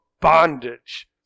bondage